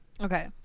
Okay